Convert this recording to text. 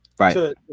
Right